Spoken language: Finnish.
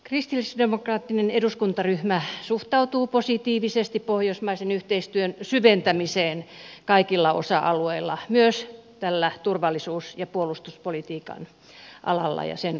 kristillisdemokraattinen eduskuntaryhmä suhtautuu positiivisesti pohjoismaisen yhteistyön syventämiseen kaikilla osa alueilla myös tällä turvallisuus ja puolustuspolitiikan alalla ja sen osalla